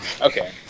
Okay